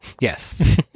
Yes